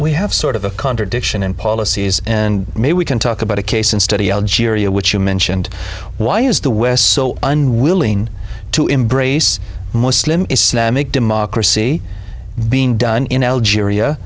we have sort of a contradiction in policies and maybe we can talk about a case and study algeria which you mentioned why is the west so unwilling to embrace muslim islamic democracy been done in algeria